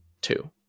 two